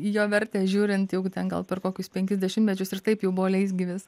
į jo vertę žiūrint jaugu ten gal per kokius penkis dešimtmečius ir taip jau buvo leisgyvis